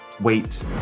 Wait